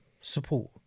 support